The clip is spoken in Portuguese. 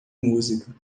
música